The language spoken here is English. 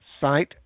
site